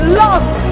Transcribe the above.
love